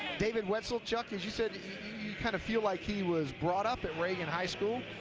david wetzel, chuck, as you said kind of feel like he was brought up at reagan high school,